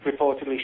reportedly